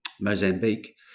Mozambique